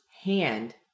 hand